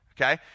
Okay